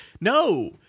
No